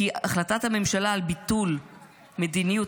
כי החלטת הממשלה על ביטול מדיניות